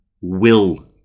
will-